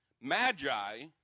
magi